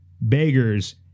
Beggars